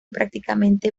prácticamente